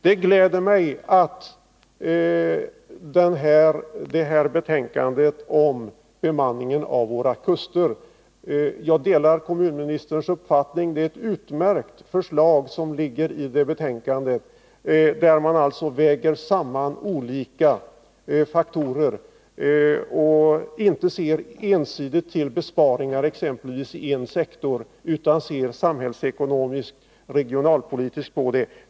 Jag gläder mig åt betänkandet om bemanningen av våra kuster. Jag delar kommunministerns uppfattning att det är ett utmärkt förslag att man skall väga samman olika faktorer och inte se ensidigt till besparingar i en sektor utan i stället se samhällsekonomiskt och regionalpolitiskt på problemet.